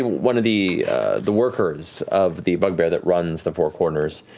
one of the the workers of the bugbear that runs the four corners,